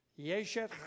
Yeshet